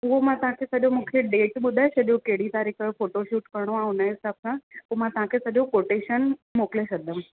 उहो मां तव्हांखे सॼो मूंखे डेट ॿुधाइ छॾियो कहिड़ी तारीख़़ फ़ोटो शूट करिणो आहे हुनजे हिसाब सां पोइ मां तव्हांखे सॼो कोटेशन मोकिले छॾिदमि